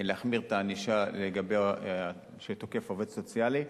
להחמיר את הענישה לגבי מי שתוקף עובד סוציאלי.